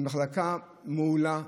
היא מחלקה מעולה,